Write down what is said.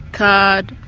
card,